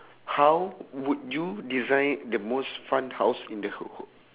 how would you design the most fun house in the